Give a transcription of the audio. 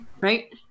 Right